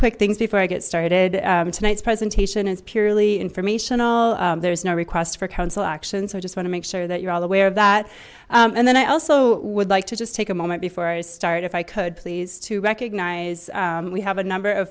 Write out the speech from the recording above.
quick things before i get started tonight's presentation is purely informational there's no request for council action so i just want to make sure that you're all aware of that and then i also would like to just take a moment before i start if i could please to recognize we have a number of